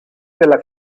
della